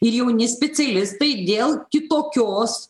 ir jauni specialistai dėl kitokios